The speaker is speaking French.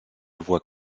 voit